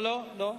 לא, לא.